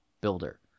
builder